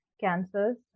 cancers